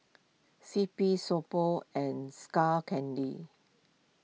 C P So Pho and Skull Candy